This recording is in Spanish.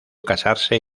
casarse